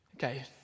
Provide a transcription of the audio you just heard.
Okay